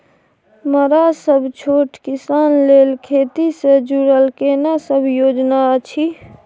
मरा सब छोट किसान लेल खेती से जुरल केना सब योजना अछि?